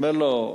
אומר לו: